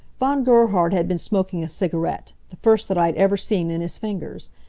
von gerhard had been smoking a cigarette, the first that i had ever seen in his fingers.